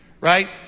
right